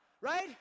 right